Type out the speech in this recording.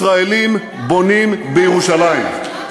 ישראלים בונים בירושלים.